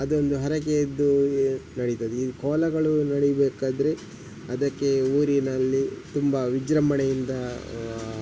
ಅದೊಂದು ಹರಕೆಯದ್ದು ನಡೀತದೆ ಈ ಕೋಲಗಳು ನಡಿಬೇಕಾದರೆ ಅದಕ್ಕೆ ಊರಿನಲ್ಲಿ ತುಂಬ ವಿಜೃಂಭಣೆಯಿಂದ